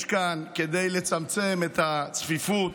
יש בה כדי לצמצם את הצפיפות,